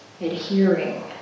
adhering